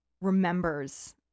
remembers